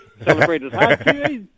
Celebrated